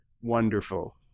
wonderful